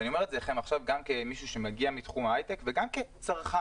ואני אומר לכם את זה כמישהו שמגיע מתחום ההייטק וגם כצרכן: